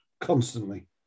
constantly